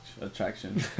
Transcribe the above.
attraction